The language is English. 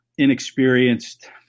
Inexperienced